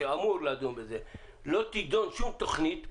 שאמור לדון בזה: לא תידון שום תוכנית פריסה,